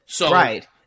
Right